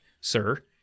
sir